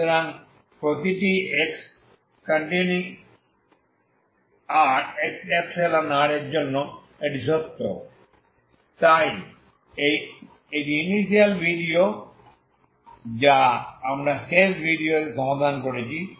সুতরাং প্রতিটি x∈R এর জন্য এটি সত্য তাই এটি ইনিশিয়াল ভিডিও যা আমরা শেষ ভিডিওতে সমাধান করেছি